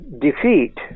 defeat